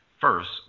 First